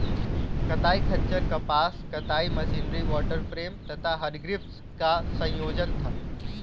कताई खच्चर कपास कताई मशीनरी वॉटर फ्रेम तथा हरग्रीव्स का संयोजन था